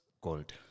gold